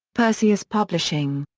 perseus publishing.